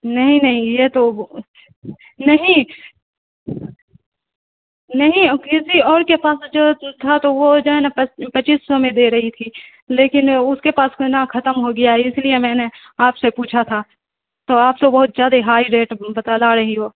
نہیں نہیں یہ تو نہیں نہیں کسی اور کے پاس جو تھا تو وہ جو ہے نا پچیس سو میں دے رہی تھی لیکن اس کے پاس میں نا ختم ہو گیا ہے اس لیے میں نے آپ سے پوچھا تھا تو آپ تو بہت زیادہ ہائی ریٹ بتلا رہی ہو